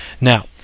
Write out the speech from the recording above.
Now